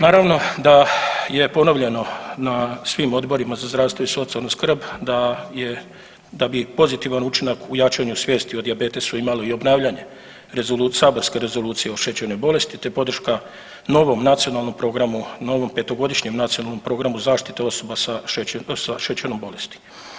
Naravno da je ponovljeno na svim Odborima za zdravstvo i socijalnu skrb da je, da bi pozitivan učinak u jačanju svijesti o dijabetesu imalo i obnavljanje saborske Rezolucije o šećernoj bolesti, te podrška novom nacionalnom programu, novom 5-godišnjem Nacionalnom programu zaštite osoba sa šećernom bolesti.